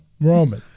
Roman